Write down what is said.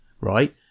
right